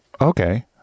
okay